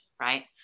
right